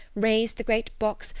raised the great box,